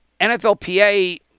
NFLPA